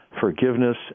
forgiveness